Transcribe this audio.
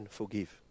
forgive